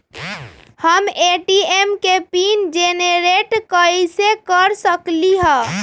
हम ए.टी.एम के PIN generate कईसे कर सकली ह?